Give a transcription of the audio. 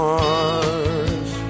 Mars